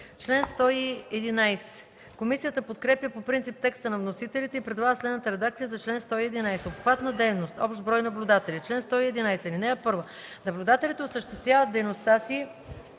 шеста. Комисията подкрепя по принцип текста на вносителите и предлага следната редакция на чл. 111: „Обхват на дейност. Общ брой наблюдатели Чл. 111. (1) Наблюдателите осъществяват дейността си